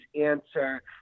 answer